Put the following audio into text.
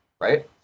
Right